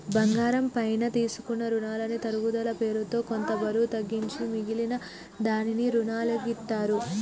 బంగారం పైన తీసుకునే రునాలకి తరుగుదల పేరుతో కొంత బరువు తగ్గించి మిగిలిన దానికి రునాలనిత్తారు